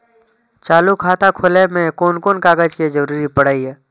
चालु खाता खोलय में कोन कोन कागज के जरूरी परैय?